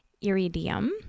iridium